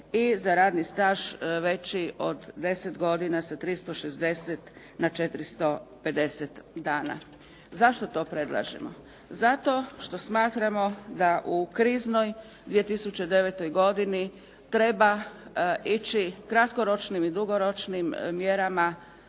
i za radni staž veći od 10 godina sa 360 na 450 dana. Zašto to predlažemo? Zato što smatramo da u kriznoj 2009. godini treba ići kratkoročnim i dugoročnim mjerama